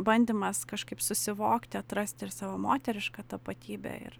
bandymas kažkaip susivokti atrasti ir savo moterišką tapatybę ir